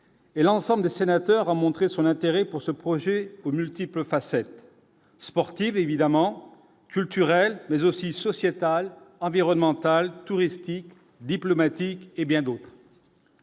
et l'ensemble des sénateurs a montré son intérêt pour ce projet aux multiples facettes. Sportive évidemment culturel mais aussi sociétal, environnemental touristique diplomatiques et bien d'autres.